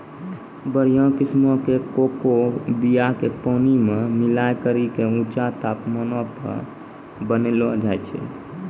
बढ़िया किस्मो के कोको बीया के पानी मे मिलाय करि के ऊंचा तापमानो पे बनैलो जाय छै